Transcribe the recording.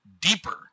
deeper